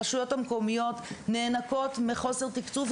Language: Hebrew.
הרשויות המקומיות נאנקות מחוסר תקצוב.